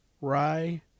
rye